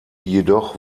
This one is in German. jedoch